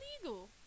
illegal